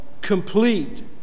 complete